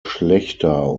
schlechter